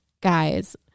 guys